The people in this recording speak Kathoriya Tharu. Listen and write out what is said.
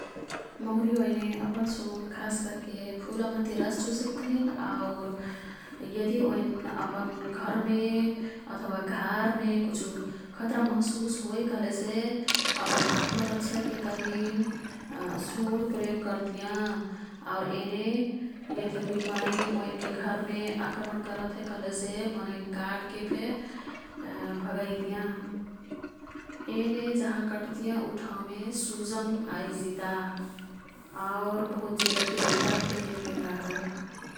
मौरीओइने अपन सुंड खासकर्के फुलामहती रस चुसेक तहिन आउर यदिओईन अपन घरमे अथवा घारमे कुछु खतरा महशुस होई कह्लेसे अपन आत्मरक्षाके तहिन सुंड प्रयोग कर्तियाँ। आउर येने यदि कुई मनै ओईनके घरमे आक्रमण करतहे कह्लेसे मनैन् काटकेफे भागैतियाँ। येने जहाँ कटतियाँ ऊ ठाउँमे सुजन आईजिता आउर बहुत जेदा पिरैताफे एनके काटल।